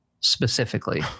Specifically